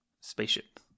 spaceship